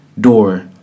door